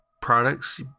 products